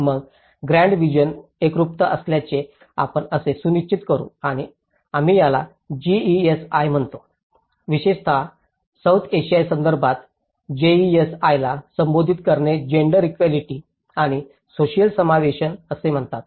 मग grant division एकरूपता असल्याचे आपण कसे सुनिश्चित करू आणि आम्ही याला GESI म्हणतो विशेषत सौथ आशियाई संदर्भात जीईएसआयला संबोधित करणे जेन्डर इक्यालिटी आणि सोसिअल समावेशन असे म्हणतात